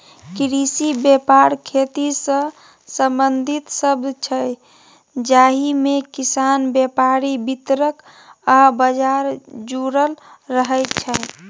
कृषि बेपार खेतीसँ संबंधित शब्द छै जाहिमे किसान, बेपारी, बितरक आ बजार जुरल रहय छै